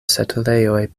setlejoj